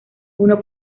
uno